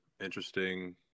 interesting